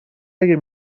اگر